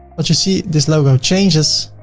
but you see this logo changes.